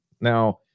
now